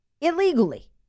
illegally